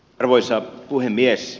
arvoisa puhemies